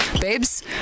Babes